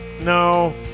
no